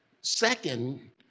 Second